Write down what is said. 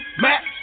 Mac